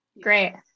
Great